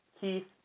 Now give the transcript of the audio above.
Keith